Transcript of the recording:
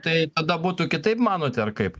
tai tada būtų kitaip manot ar kaip